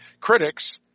critics